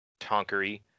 Tonkery